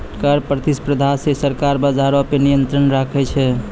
कर प्रतिस्पर्धा से सरकार बजारो पे नियंत्रण राखै छै